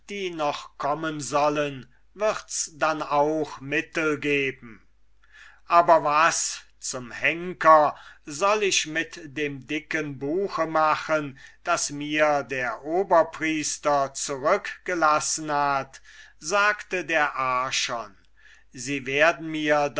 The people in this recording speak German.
die noch kommen sollen wirds dann auch mittel geben aber was zum henker soll ich mit dem dicken buche machen das mir der oberpriester zurückgelassen hat sagte der archon sie werden mir